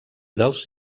dels